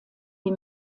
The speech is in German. die